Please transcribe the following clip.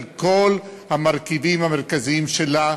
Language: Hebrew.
על כל המרכיבים המרכזיים שלה,